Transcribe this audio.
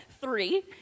three